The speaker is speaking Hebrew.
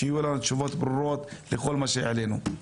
שיהיו לנו תשובות ברורות לכל מה שהעלינו.